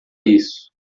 isso